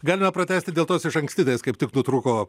galime pratęsti dėl tos išankstinės kaip tik nutrūko